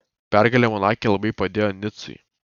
pergalė monake labai padėjo nicui